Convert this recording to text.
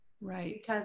Right